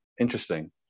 interesting